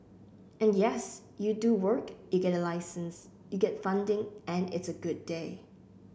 and yes you do work you get a license you get funding and it's a good day